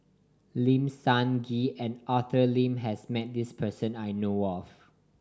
Lim Sun Gee and Arthur Lim has met this person that I know of